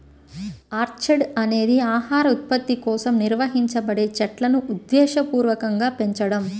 orchard అనేది ఆహార ఉత్పత్తి కోసం నిర్వహించబడే చెట్లును ఉద్దేశపూర్వకంగా పెంచడం